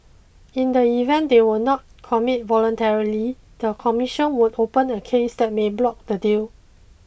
in the event they will not commit voluntarily the commission would open a case that may block the deal